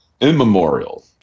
Immemorial